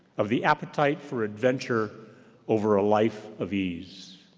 of the appetite for adventure over a life of ease,